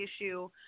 issue